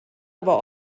aber